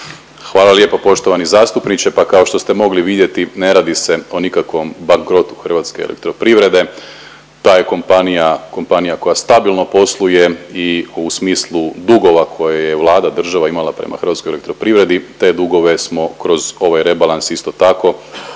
Hvala lijepo poštovani zastupniče. Pa kao što ste mogli vidjeti ne radi se o nikakvom bankrotu Hrvatske elektroprivrede. Ta je kompanija, kompanija koja stabilno posluje i u smislu dugova koje je Vlada, država imala prema Hrvatskoj elektroprivredi te dugove smo kroz ovaj rebalans isto tako